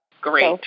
Great